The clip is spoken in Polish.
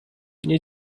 nie